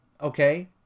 okay